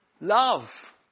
love